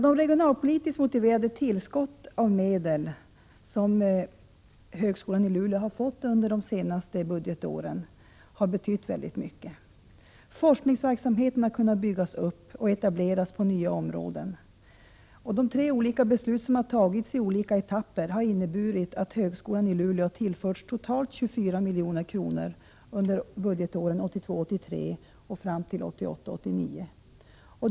De regionalpolitiskt motiverade tillskott av medel som högskolan i Luleå har fått under de senaste budgetåren har betytt väldigt mycket. Forskningsverksamhet har kunnat byggas upp och etableras på nya områden. De tre olika beslut som har tagits i olika etapper har inneburit att högskolan i Luleå har tillförts totalt 24 milj.kr. under budgetåren 1982 89.